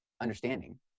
understanding